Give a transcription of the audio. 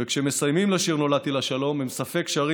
וכשמסיימים לשיר "נולדתי לשלום" הם ספק שרים